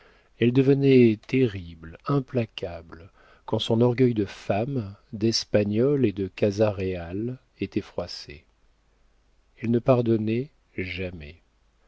elle devenait terrible implacable quand son orgueil de femme d'espagnole et de casa réal était froissé elle ne pardonnait jamais